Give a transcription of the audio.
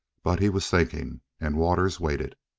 but he was thinking, and waters waited.